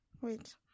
Wait